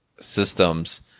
systems